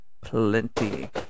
plenty